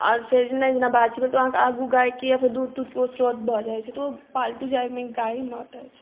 आओर फेर जेना जेना बाछी भेल तऽ ओ अहाँके आगू गाइके या फेर दूध तूधके ओ स्रोत भऽ जाइ छै तऽ ओ पालतू जानवर गाइ माता छै